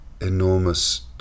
enormous